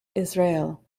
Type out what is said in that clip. israel